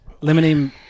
Limiting